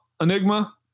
Enigma